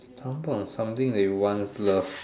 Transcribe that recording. example of something that you want is love